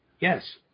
yes